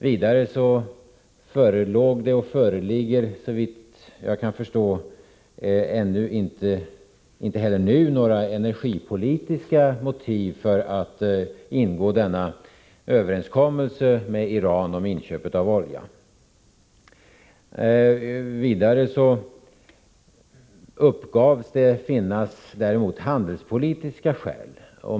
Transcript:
Vidare förelåg — och föreligger, såvitt jag kan förstå, inte heller nu — några energipolitiska motiv för att ingå en överenskommelse med Iran om köp av olja. Däremot uppgavs det finnas handelspolitiska skäl.